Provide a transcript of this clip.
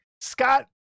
Scott